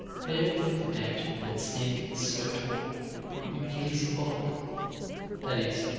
they overlook the danger that standards so taught will be merely symbolic that is,